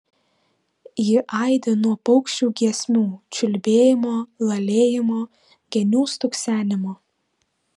ji aidi nuo paukščių giesmių čiulbėjimo lalėjimo genių stuksenimo